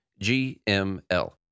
GML